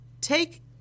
take